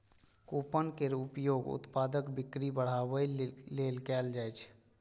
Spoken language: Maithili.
कूपन केर उपयोग उत्पादक बिक्री बढ़ाबै लेल कैल जाइ छै